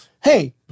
Hey